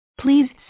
Please